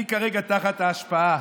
אני כרגע תחת ההשפעה